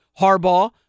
Harbaugh